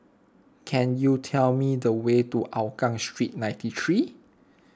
can you tell me the way to Hougang Street ninety three